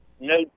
No